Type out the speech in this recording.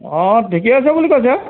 অঁ ঠিকে আছে বুলি কৈছে